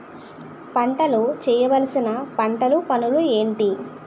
పంటలో చేయవలసిన పంటలు పనులు ఏంటి?